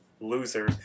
loser